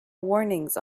warnings